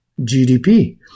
GDP